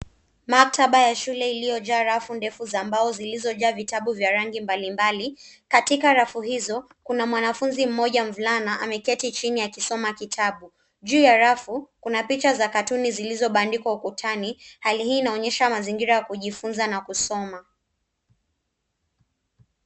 Maktaba ya shue iliyojaa rafu ndefu za mbao zilizojaa vitabu vya rangi mbalimbali. Katika rafu hizo, kuna mwanafunzi mmoja mvulana ameketi chini akisoma kitabu. Juu ya rafu kuna picha za cartoon zilizobandikwa ukutani. Hali hii inaonyesha mazingira ya kujifunza na kusoma.